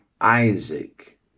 Isaac